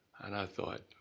and i thought,